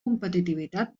competitivitat